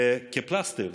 פלסטר,